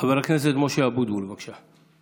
חבר הכנסת משה אבוטבול, בבקשה.